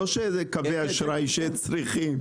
לא של קווי אשראי שצריכים.